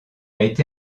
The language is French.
été